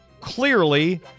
Clearly